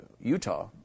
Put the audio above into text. Utah